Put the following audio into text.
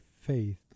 faith